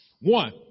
One